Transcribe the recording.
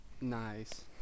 Nice